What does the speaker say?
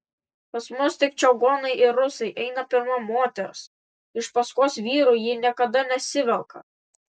pas mus tik čigonai ir rusai eina pirma moters iš paskos vyrui ji niekada nesivelka